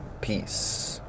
Peace